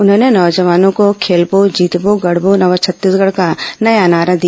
उन्होंने नौजवानों को खेलबो जीतबो गढ़बो नवा छत्तीसगढ़ का नया नारा दिया